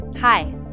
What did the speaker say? Hi